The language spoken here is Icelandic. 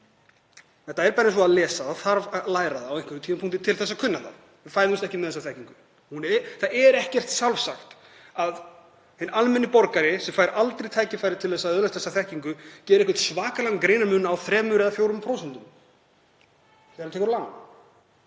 Þetta er bara eins og að lesa. Það þarf að læra það á einhverjum tímapunkti til að kunna það. Við fæðumst ekki með þessa þekkingu. Það er ekkert sjálfsagt að hinn almenni borgari, sem fær aldrei tækifæri til að öðlast þessa þekkingu, geri einhvern svakalegan greinarmun á 3% eða 4% þegar hann tekur lán